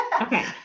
Okay